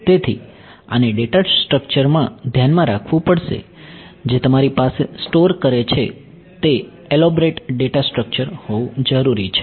તેથી આને ડેટા સ્ટ્રક્ચર્સમાં ધ્યાનમાં રાખવું પડશે જે તમારી પાસે સ્ટોર કરે છે તે એલોબરેટ ડેટા સ્ટ્રક્ચર હોવું જરૂરી છે